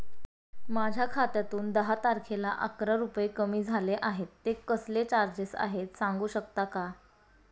माझ्या खात्यातून दहा तारखेला अकरा रुपये कमी झाले आहेत ते कसले चार्जेस आहेत सांगू शकता का?